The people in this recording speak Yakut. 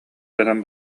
гынан